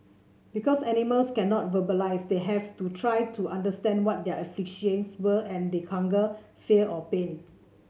because animals cannot verbalise we had to try to understand what their afflictions were and they hunger fear or pain